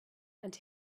and